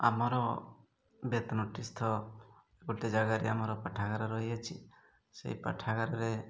ଆମର ଗୋଟେ ଜାଗାରେ ଆମର ପାଠାଗାର ରହିଅଛି ସେଇ ପାଠାଗାରରେ